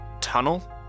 tunnel